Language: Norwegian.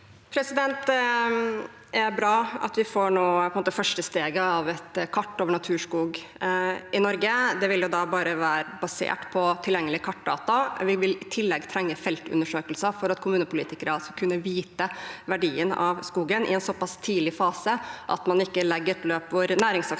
Det er bra at vi nå får det første steget av et kart over naturskog i Norge. Det vil bare være basert på tilgjengelig kartdata. Vi vil i tillegg trenge feltundersøkelser for at kommunepolitikere skal kunne vite verdien av skogen i en såpass tidlig fase at man ikke legger et løp hvor næringsaktører